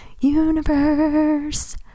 universe